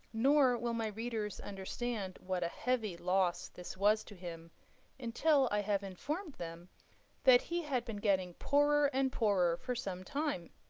nor will my readers understand what a heavy loss this was to him until i have informed them that he had been getting poorer and poorer for some time.